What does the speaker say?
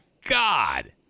God